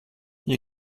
hier